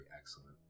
excellent